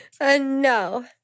No